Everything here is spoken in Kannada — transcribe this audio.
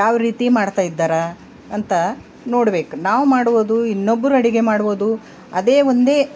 ಯಾವರೀತಿ ಮಾಡ್ತಾಯಿದ್ದಾರೆ ಅಂತ ನೋಡ್ಬೇಕು ನಾವು ಮಾಡುವದು ಇನ್ನೊಬ್ಬರು ಅಡುಗೆ ಮಾಡುವುದು ಅದೇ ಒಂದೇ